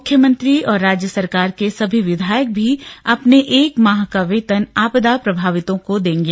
मुख्यमंत्री और राज्य सरकार के सभी विधायक भी अपने एक माह का वेतन आपदा प्रभावितों को देंगे